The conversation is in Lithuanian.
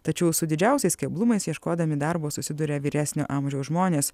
tačiau su didžiausiais keblumais ieškodami darbo susiduria vyresnio amžiaus žmonės